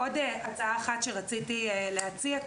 עוד הצעה אחת שרציתי להציע,